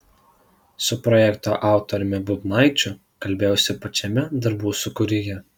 su projekto autoriumi bubnaičiu kalbėjausi pačiame darbų sūkuryje